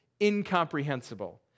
incomprehensible